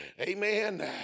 Amen